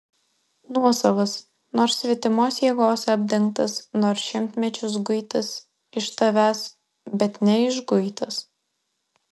nuosavas nors svetimos jėgos apdengtas nors šimtmečius guitas iš tavęs bet neišguitas